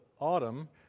Autumn